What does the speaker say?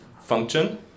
function